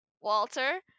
Walter